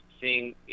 seeing